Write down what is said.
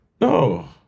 No